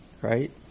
right